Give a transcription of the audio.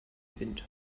wind